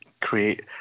create